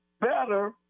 better